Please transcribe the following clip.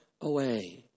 away